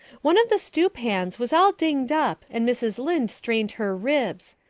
one of the stewpans was all dinged up and mrs. lynde straned her ribs.